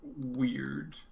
weird